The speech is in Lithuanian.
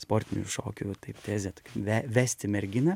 sportinių šokių taip tezė tokia ve vesti merginą